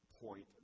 point